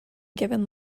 given